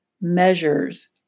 measures